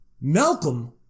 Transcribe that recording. Malcolm